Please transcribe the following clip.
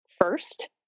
first